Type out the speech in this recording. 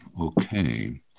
Okay